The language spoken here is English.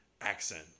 accent